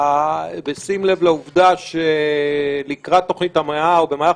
בשים לב לעובדה שלקראת תוכנית המאה או במהלך